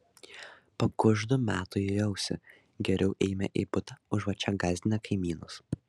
pakuždu metui į ausį geriau eime į butą užuot čia gąsdinę kaimynus